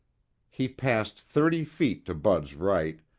he passed thirty feet to bud's right,